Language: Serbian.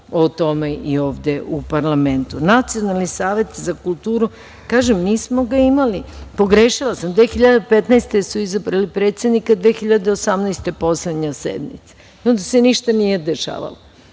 o tome i ovde u parlamentu. Nacionalni savet za kulturu, kažem nismo ga imali, pogrešila sam, 2015. godine su izabrali predsednika, a 2018. godine je bila poslednja sednica. Onda se ništa nije dešavalo.